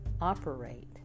operate